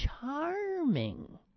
charming